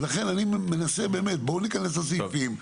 לכן אני אומר בואו ניכנס לסעיפים,